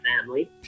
family